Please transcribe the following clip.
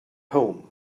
home